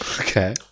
Okay